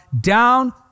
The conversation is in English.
down